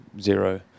zero